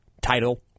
title